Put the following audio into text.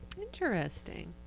Interesting